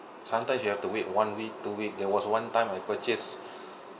sometimes you have to wait one week two week there was one time I purchase